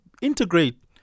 integrate